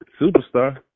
superstar